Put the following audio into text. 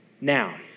Now